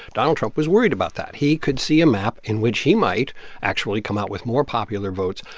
donald trump was worried about that. he could see a map in which he might actually come out with more popular votes.